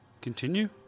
Continue